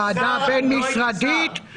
ועדה בין משרדית --- לא הייתי שר.